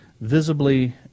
Visibly